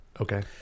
Okay